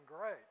great